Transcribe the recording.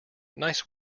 nice